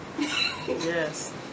Yes